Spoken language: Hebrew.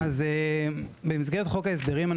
במסגרת חוק ההסדרים,